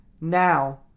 Now